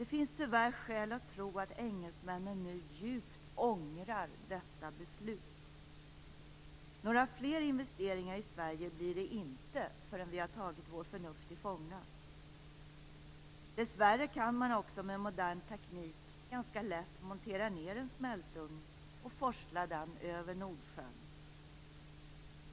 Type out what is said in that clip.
Det finns tyvärr skäl att tro att engelsmännen nu djupt ångrar detta beslut. Några fler investeringar i Sverige blir det inte förrän vi har tagit vårt förnuft till fånga. Dessvärre kan man också med modern teknik ganska lätt montera ned en smältugn och forsla den över Nordsjön.